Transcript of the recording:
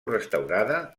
restaurada